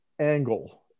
angle